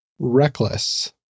Reckless